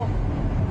כלום.